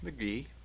McGee